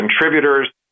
contributors